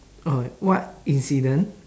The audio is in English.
okay what incident